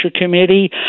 committee